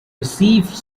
received